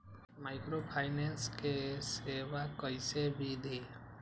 Microfinance के सेवा कइसे विधि?